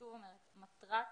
שוב אומרת שמטרת